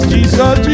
Jesus